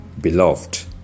Beloved